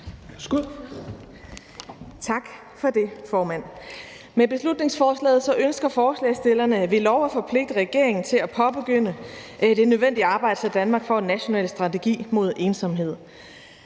Tak for det, formand. Med beslutningsforslaget ønsker forslagsstillerne ved lov at forpligte regeringen til at påbegynde det nødvendige arbejde, så Danmark får en national strategi mod ensomhed.